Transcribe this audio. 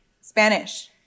spanish